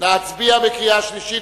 להצביע בקריאה שלישית?